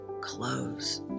clothes